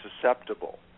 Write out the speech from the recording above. susceptible